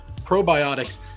probiotics